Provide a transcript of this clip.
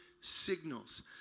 signals